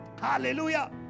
Hallelujah